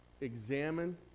examine